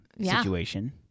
situation